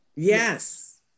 Yes